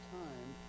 time